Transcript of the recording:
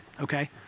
okay